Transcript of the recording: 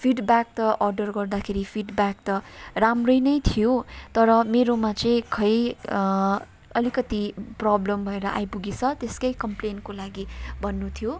feedback त order गर्दाखेरि feedback त राम्रै नै थियो तर मेरोमा चाहिँ खै अलिकति प्रब्लम भएर आइपुगेछ त्यसकै कम्प्लेनको लागि भन्नु थियो